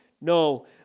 No